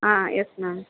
ah yes ma'am